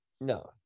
No